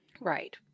Right